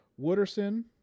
Wooderson